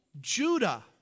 Judah